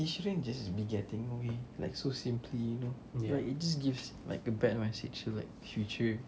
he shouldn't just be getting away like so simply you know like it just gives like a bad message to like future